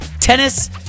tennis